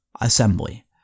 assembly